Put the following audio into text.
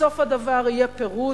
אז סוף הדבר יהיה פירוד,